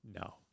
No